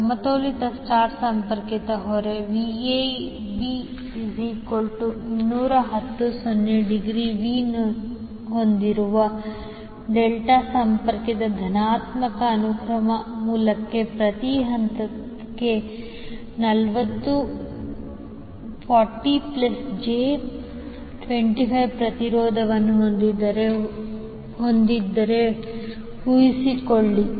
ಸಮತೋಲಿತ ಸ್ಟರ್ ಸಂಪರ್ಕಿತ ಹೊರೆ Vab 210∠0 ° V ಹೊಂದಿರುವ ಡೆಲ್ಟಾ ಸಂಪರ್ಕಿತ ಧನಾತ್ಮಕ ಅನುಕ್ರಮ ಮೂಲಕ್ಕೆ ಪ್ರತಿ ಹಂತಕ್ಕೆ 40 j25 ಪ್ರತಿರೋಧವನ್ನು ಹೊಂದಿದ್ದರೆ ಊಹಿಸಿಕೊಳ್ಳಿ